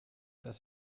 dass